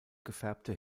gefärbte